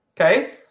okay